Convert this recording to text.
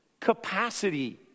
Capacity